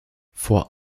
vor